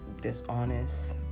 dishonest